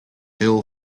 hill